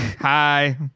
Hi